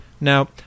Now